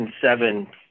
seven